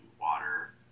water